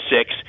six